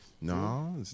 No